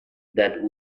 that